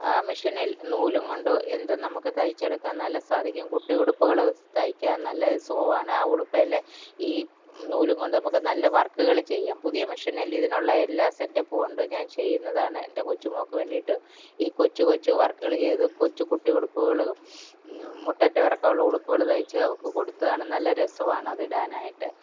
ആ മെഷീനിൽ നൂലും കൊണ്ട് എന്തും നമുക്ക് തൈച്ചെടുക്കാൻ എന്നാലും സാധിക്കും കുട്ടി ഉടുപ്പുകൾ തയ്ക്കാൻ നല്ല സുഖമാണ് ആ ഉടുപ്പേല് ഈ നൂല് കൊണ്ട് നമുക്ക് നല്ല വർക്കുകൾ ചെയ്യാം പുതിയ മെഷീനിൽ ഇതിനുള്ള എല്ലാ സെറ്റപ്പും ഉണ്ട് ഞാൻ ചെയ്യുന്നതാണ് എൻ്റെ കൊച്ചുമോൾക്ക് വേണ്ടിയിട്ട് ഈ കൊച്ചു കൊച്ചു വർക്കുകൾ ചെയ്തു കൊച്ചു കുട്ടി ഉടുപ്പുകളും മുട്ടറ്റം ഇറക്കമുള്ള ഉടുപ്പുകൾ തയ്ച്ച് അവർക്ക് കൊടുത്തതാണ് നല്ല രസമാണ് അത് ഇടാനായിട്ട്